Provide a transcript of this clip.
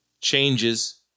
changes